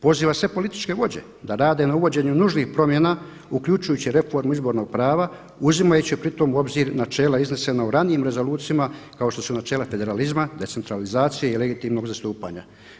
Poziva sve političke vođe da rade na uvođenju nužnih promjena uključujući reformu izbornog prava uzimajući pritom u obzir načela iznesena u ranijim rezolucijama kao što su načela federalizma, decentralizacije i legitimnog zastupanja.